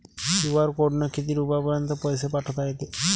QR कोडनं किती रुपयापर्यंत पैसे पाठोता येते?